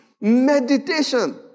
Meditation